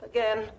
Again